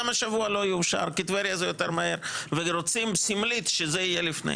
השבוע לא יאושר כי טבריה זה יותר מהר ורוצים סמלית שזה יהיה לפני.